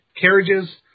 carriages